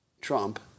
Trump